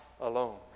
alone